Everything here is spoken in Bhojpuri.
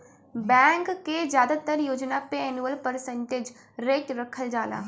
बैंक के जादातर योजना पे एनुअल परसेंटेज रेट रखल जाला